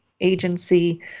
agency